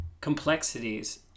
complexities